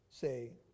say